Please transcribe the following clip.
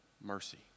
mercy